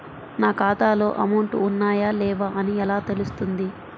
నా ఖాతాలో అమౌంట్ ఉన్నాయా లేవా అని ఎలా తెలుస్తుంది?